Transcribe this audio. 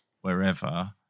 wherever